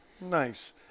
Nice